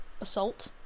assault